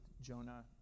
Jonah